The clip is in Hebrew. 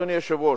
אדוני היושב-ראש,